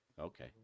Okay